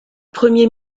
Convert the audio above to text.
premier